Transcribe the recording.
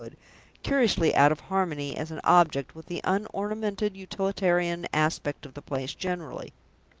curiously out of harmony, as an object, with the unornamented utilitarian aspect of the place generally.